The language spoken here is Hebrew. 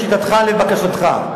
לשיטתך ולבקשתך.